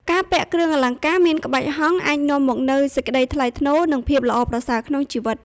ការពាក់គ្រឿងអលង្ការមានក្បាច់ហង្ស អាចនាំមកនូវសេចក្តីថ្លៃថ្នូរ និងភាពល្អប្រសើរក្នុងជីវិត។